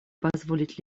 позволить